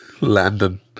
Landon